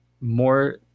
More